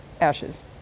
ashes